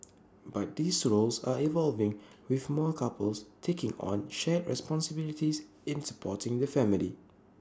but these roles are evolving with more couples taking on shared responsibilities in supporting the family